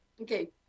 Okay